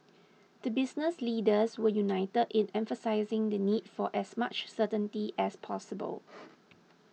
the business leaders were united in emphasising the need for as much certainty as possible